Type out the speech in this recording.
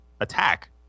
attack